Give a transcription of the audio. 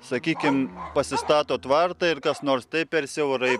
sakykim pasistato tvartą ir kas nors tai per siaurai